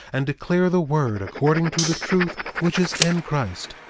and declare the word according to the truth which is in christ.